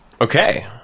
Okay